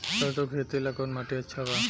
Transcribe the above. सरसों के खेती ला कवन माटी अच्छा बा?